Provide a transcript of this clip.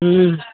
हुँ